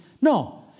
no